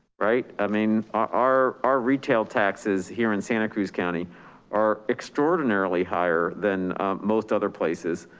right? i mean, our our retail taxes, here in santa cruz county are extraordinarily higher than most other places.